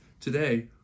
Today